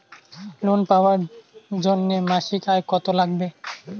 Loan পাবার জন্যে মাসিক আয় কতো লাগবে?